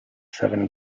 seven